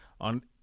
on